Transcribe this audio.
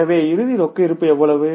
எனவே இறுதி ரொக்க இருப்பு எவ்வளவு